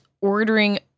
ordering